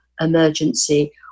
emergency